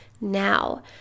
now